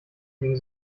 gegen